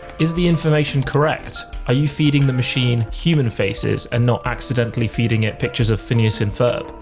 is the information correct? are you feeding the machine human faces, and not accidentally feeding it pictures of phineas and ferb?